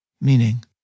meaning